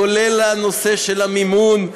כולל בנושא של המימון.